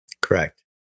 correct